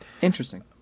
Interesting